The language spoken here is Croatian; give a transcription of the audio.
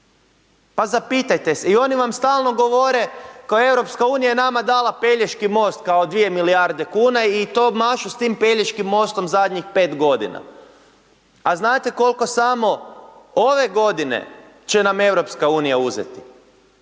pa zapitajte se. I oni vam stalno govore kao EU je nama dala Pelješki most kao 2 milijarde kuna i to mašu s tim Pelješkim mostom zadnjih 5 godina. A znate kolko samo ove godine će nam EU uzeti